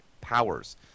powers